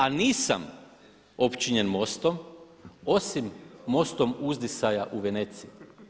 A nisam opčinjen MOST-om osim mostom uzdisaja u Veneciji.